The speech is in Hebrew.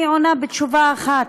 אני עונה בתשובה אחת: